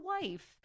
wife